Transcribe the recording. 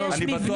אני בטוח בזה.